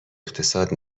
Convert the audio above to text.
اقتصاد